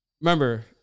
remember